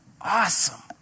awesome